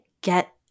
get